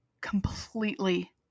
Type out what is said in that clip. completely